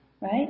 right